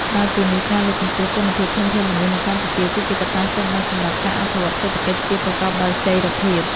ក្រៅពីនេះ ការលើកកម្ពស់គុណភាពធនធានមនុស្សនៅកម្ពុជា ក៏ជាកត្តាចាំបាច់សម្រាប់ការអភិវឌ្ឍសេដ្ឋកិច្ចជាតិប្រកបដោយចីរភាព។